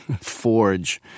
forge